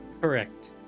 correct